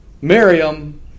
Miriam